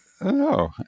No